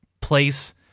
place